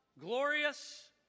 glorious